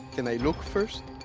can i look first?